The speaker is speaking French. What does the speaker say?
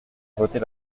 voter